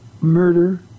murder